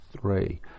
three